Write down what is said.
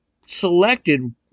selected